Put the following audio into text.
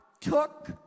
took